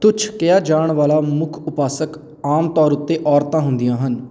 ਤੁੱਛ ਕਿਹਾ ਜਾਣ ਵਾਲਾ ਮੁੱਖ ਉਪਾਸਕ ਆਮ ਤੌਰ ਉੱਤੇ ਔਰਤਾਂ ਹੁੰਦੀਆਂ ਹਨ